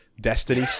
Destiny